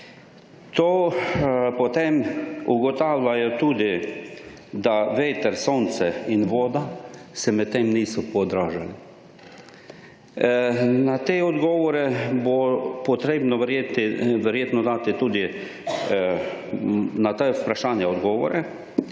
Potem ugotavljajo tudi, da veter, sonce in voda se medtem niso podražili. Na te odgovore bo potrebno verjetno dati tudi na ta vprašanja odgovore,